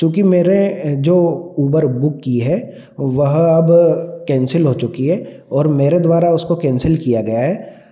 चूँकि मेरे जो उबर बुक की है वह अब कैंसिल हो चुकी है और मेरे द्वारा उसको कैंसिल किया गया है